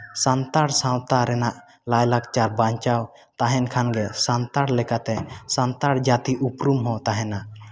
ᱥᱟᱱᱛᱟᱲ ᱥᱟᱶᱛᱟ ᱨᱮᱱᱟᱜ ᱞᱟᱭᱼᱞᱟᱠᱪᱟᱨ ᱵᱟᱧᱪᱟᱣ ᱛᱟᱦᱮᱱ ᱠᱷᱟᱱ ᱜᱮ ᱥᱟᱱᱛᱟᱲ ᱞᱮᱠᱟᱛᱮ ᱥᱟᱱᱛᱟᱲ ᱡᱟᱹᱛᱤ ᱩᱯᱨᱩᱢ ᱦᱚᱸ ᱛᱟᱦᱮᱱᱟ